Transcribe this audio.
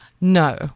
no